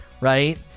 Right